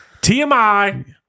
TMI